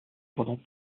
pendant